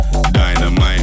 dynamite